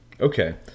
Okay